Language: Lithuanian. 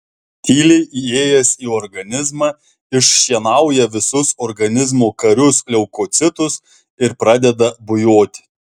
tyliai įėjęs į organizmą iššienauja visus organizmo karius leukocitus ir pradeda bujoti